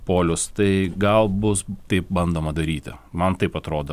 polius tai gal bus taip bandoma daryti man taip atrodo